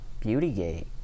Beautygate